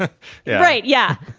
ah yeah right. yeah.